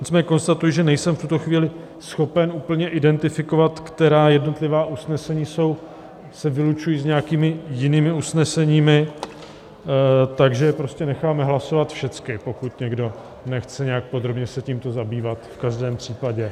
Nicméně konstatuji, že nejsem v tuto chvíli schopen úplně identifikovat, která jednotlivá usnesení se vylučují s nějakými jinými usneseními, takže prostě necháme hlasovat všechna, pokud někdo nechce nějak podrobně se tímto zabývat v každém případě.